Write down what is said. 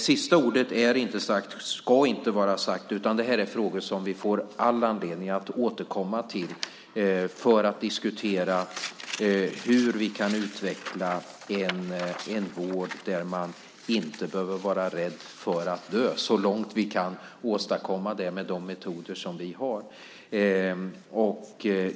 Sista ordet är inte sagt, ska inte vara sagt, utan detta är frågor som vi får all anledning att återkomma till för att diskutera hur vi kan utveckla en vård där man inte behöver vara rädd för att dö - så långt vi kan åstadkomma det med de metoder som vi har.